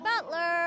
Butler